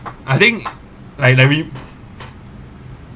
I think like like we